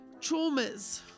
traumas